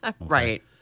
Right